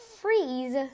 freeze